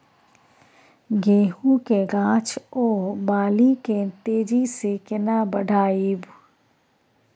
गेहूं के गाछ ओ बाली के तेजी से केना बढ़ाइब?